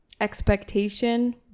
expectation